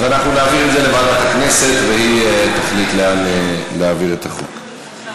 אז אנחנו נעביר את זה לוועדת הכנסת והיא תחליט לאן להעביר את הצעת החוק.